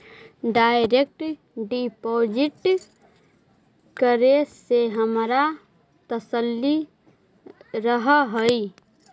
direct deposit करे से हमारा तसल्ली रहअ हई